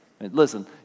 Listen